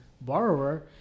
borrower